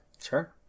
Sure